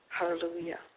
hallelujah